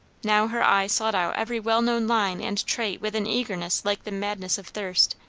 now her eye sought out every well-known line and trait with an eagerness like the madness of thirst.